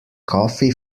coffee